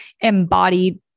embodied